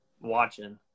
watching